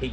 he